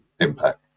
impact